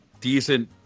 decent